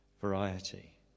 variety